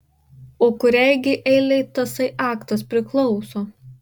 o kuriai gi eilei tasai aktas priklauso